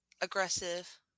aggressive